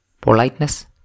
politeness